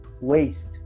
waste